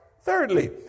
Thirdly